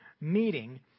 meeting